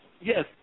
Yes